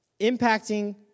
impacting